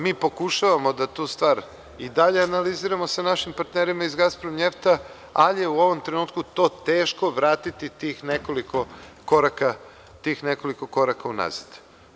Mi pokušavamo da tu stvar i dalje analiziramo sa našim partnerima iz Gaspromnjefta, ali je u ovom trenutku to teško vratiti tih nekoliko koraka unazad.